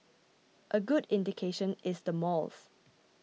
a good indication is the malls